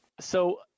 So-